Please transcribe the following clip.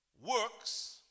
works